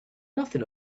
nothing